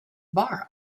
bar